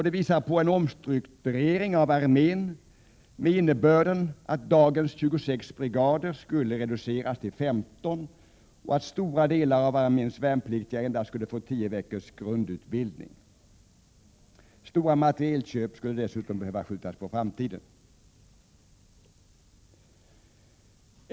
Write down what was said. De visar på en omstrukturering av armén med innebörden att dagens 26 brigader skulle reduceras till 15 och att stora delar av arméns värnpliktiga skulle få endast tio veckors grundutbildning. Stora materielköp skulle dessutom behöva skjutas på framtiden.